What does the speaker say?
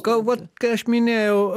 kalbat kai aš minėjau